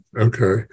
okay